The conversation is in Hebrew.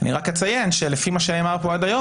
אני רק אציין שלפי מה שנאמר פה עד היום,